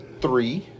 three